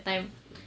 mm mm